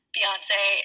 Beyonce